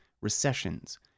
recessions